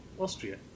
Austria